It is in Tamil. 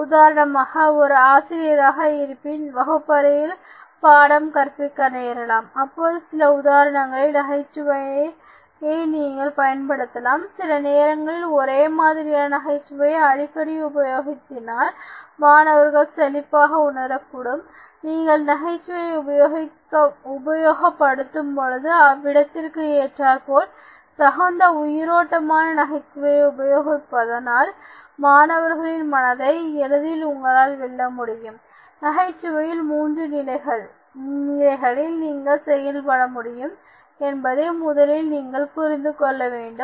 உதாரணமாக ஒருஆசிரியராக இருப்பின் வகுப்பறையில் பாடம் கற்பிக்க நேரலாம் அப்பொழுது சில உதாரணங்கள் நகைச்சுவையை நீங்கள் பயன்படுத்தலாம் சில நேரங்களில் ஒரே மாதிரியான நகைச்சுவையை அடிக்கடி உபயோகிப்பதனால்மாணவர்கள் சலிப்பாக உணரக்கூடும் நீங்கள் நகைச்சுவையை உபயோகப்படுத்தும் பொழுது அவ்விடத்திற்கு ஏற்றாற்போல் தகுந்த உயிரோட்டமான நகைச்சுவையை உபயோகிப்பதனால் மாணவர்களின் மனதை எளிதில் உங்களால் வெல்ல முடியும் நகைச்சுவையில் மூன்று நிலைகளில் நீங்கள் செயல்பட முடியும் என்பதை முதலில் நீங்கள் புரிந்துகொள்ள வேண்டும்